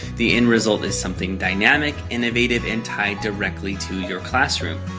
the end result is something dynamic, innovative, and tied directly to your classroom.